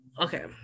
okay